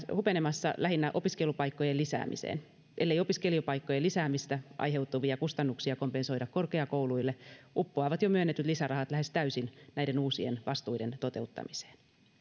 hupenemassa lähinnä opiskelupaikkojen lisäämiseen ellei opiskelupaikkojen lisäämisestä aiheutuvia kustannuksia kompensoida korkeakouluille uppoavat jo myönnetyt lisärahat lähes täysin näiden uusien vastuiden toteuttamiseen